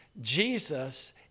Jesus